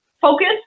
focus